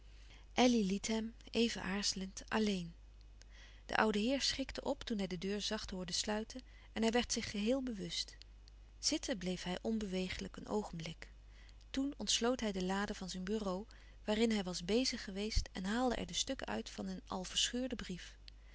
hem even aarzelend alleen de oude heer schrikte op toen hij de deur zacht hoorde sluiten en hij werd zich geheel bewust zitten bleef hij onbewegelijk een oogenblik toen ontsloot hij de lade van zijn bureau waarin hij was bezig geweest en haalde er de stukken uit van een al verscheurden brief